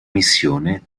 missione